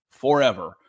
Forever